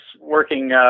working